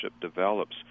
develops